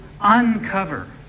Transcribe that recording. uncover